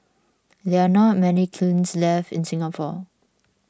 there are not many kilns left in Singapore